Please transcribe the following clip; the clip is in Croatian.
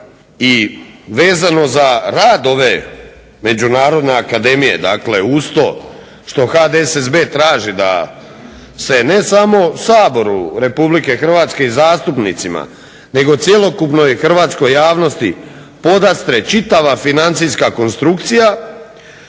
i vezano za rad ove međunarodne akademije, dakle uz to što HDSSB traži da se ne samo Saboru RH i zastupnicima nego cjelokupnoj hrvatskoj javnosti podastre čitava financijska konstrukcija